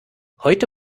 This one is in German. heute